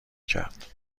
کرد